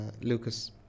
Lucas